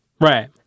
Right